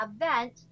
event